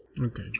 okay